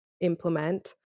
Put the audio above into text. Implement